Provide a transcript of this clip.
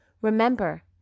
Remember